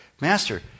master